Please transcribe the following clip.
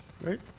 right